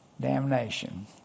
damnation